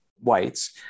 whites